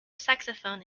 saxophone